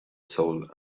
soul